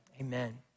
amen